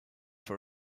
for